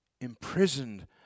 imprisoned